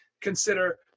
consider